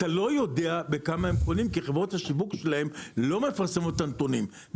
אתה לא יודע בכמה הם קונים כי חברות השיווק שלהם לא מפרסמות את הנתונים.